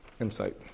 insight